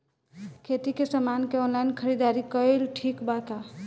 खेती के समान के ऑनलाइन खरीदारी कइल ठीक बा का?